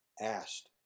asked